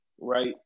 right